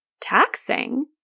taxing